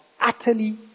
utterly